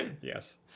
Yes